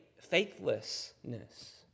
faithlessness